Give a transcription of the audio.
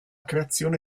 creazione